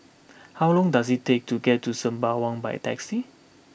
how long does it take to get to Sembawang by taxi